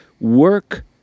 Work